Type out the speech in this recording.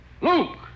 Luke